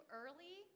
early